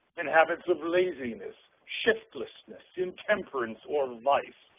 in habits of laziness, shiftlessness, intemperance, or vice,